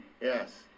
Yes